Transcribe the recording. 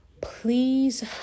Please